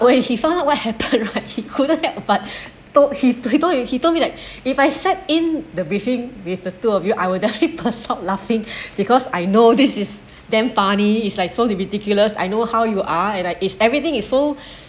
when he found out what happened right he couldn't get but thought he he told me that if I set in the briefing with the two of you I will definitely personally out laughing because I know this is damn funny it's like so it ridiculous I know how you are and I if everything is so